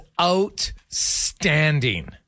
outstanding